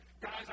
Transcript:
Guys